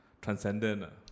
Transcendent